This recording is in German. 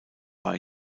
war